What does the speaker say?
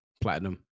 platinum